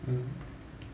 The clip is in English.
mm